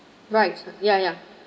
right ya ya